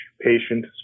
patient